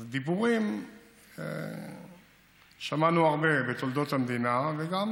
אז דיבורים שמענו הרבה בתולדות המדינה, וגם